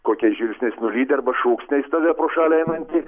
kokiais žvilgsniais nulydi arba šūksniais tave pro šalį einantį